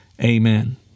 Amen